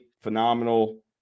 phenomenal